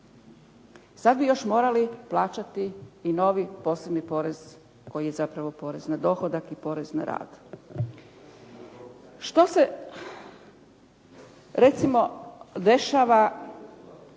Sad bi još morali plaćati i novi posebni porez koji je zapravo porez na dohodak i porez na rad. Što se recimo dešava